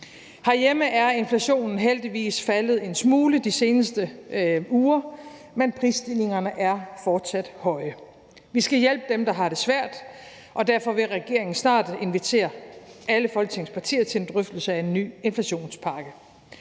Herhjemme er inflationen heldigvis faldet en smule de seneste uger, men prisstigningerne er fortsat høje. Vi skal hjælpe dem, der har det svært, og derfor vil regeringen snart invitere alle Folketingets partier til en drøftelse af en ny inflationspakke.